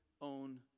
own